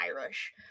Irish